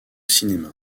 cinéma